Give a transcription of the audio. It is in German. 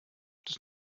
das